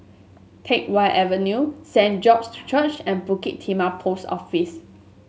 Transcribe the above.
Teck Whye Avenue Saint George's Church and Bukit Timah Post Office